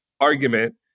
argument